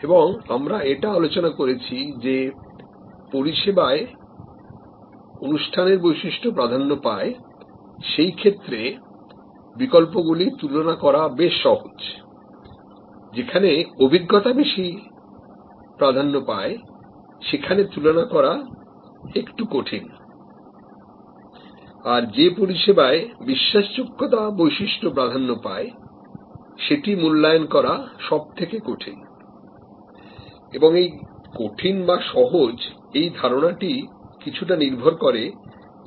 এবং আমরা এটা আলোচনা করেছিযে পরিষেবায় অনুসন্ধানের বৈশিষ্ট্য প্রাধান্য পায় সেই ক্ষেত্রে বিকল্পগুলি তুলনা করা বেশ সহজযেখানে অভিজ্ঞতা বেশি প্রাধান্য পায় সেখানে তুলনা করা একটু কঠিন আর যে পরিষেবায় বিশ্বাসযোগ্যতা বৈশিষ্ট্য প্রাধান্য পায় সেটি মূল্যায়ন করা সবচেয়ে কঠিন এবং এই কঠিন বা সহজ ধারণাএটি কিছুটা নির্ভর করে ঝুঁকির উপলব্ধির উপর